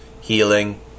healing